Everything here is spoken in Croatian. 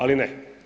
Ali ne.